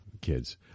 kids